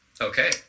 Okay